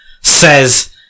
says